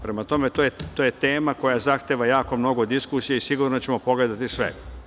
Prema tome, to je tema koja zahteva jako mnogo diskusija i sigurno da ćemo pogledati sve.